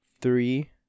three